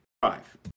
five